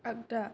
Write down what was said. आगदा